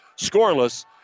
Scoreless